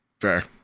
Fair